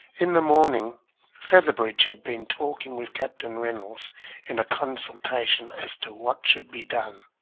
in the morning featherbridge had been talking with captain reynolds in a consultation as to what should be done.